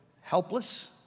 helpless